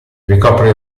ricopre